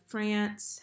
France